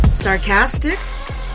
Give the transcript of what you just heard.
Sarcastic